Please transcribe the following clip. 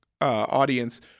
audience